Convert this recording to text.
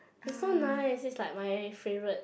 it's so nice it's like my favourite